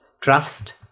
trust